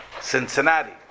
Cincinnati